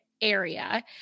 area